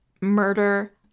murder